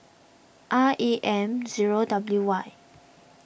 R A M zero W Y